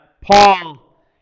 Paul